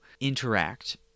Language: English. interact